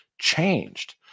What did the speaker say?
changed